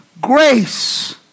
grace